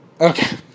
okay